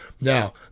Now